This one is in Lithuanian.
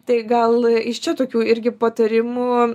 tai gal iš čia tokių irgi patarimų